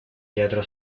teatro